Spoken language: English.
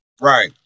Right